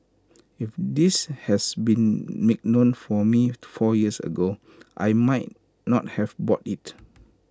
if this had been made known to me four years ago I might not have bought IT